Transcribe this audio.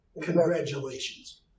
congratulations